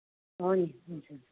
हो नि हजुर